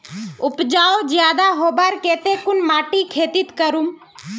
उपजाऊ ज्यादा होबार केते कुन माटित खेती करूम?